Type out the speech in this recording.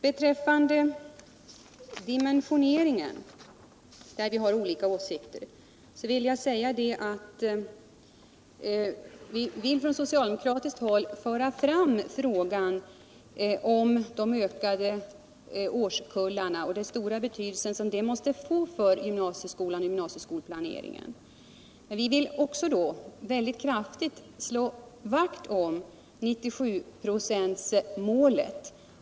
Beträffande dimensioneringen, där vi har olika åsikter, vill vi socialdemokrater föra fram frågan om de ökade årskullarna och den stora betydelse som de måste få för gymnasieskolan och gymnasieskolplaneringen. Vi vill också mycket kraftigt slå vakt om 97-procentsmålet.